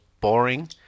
boring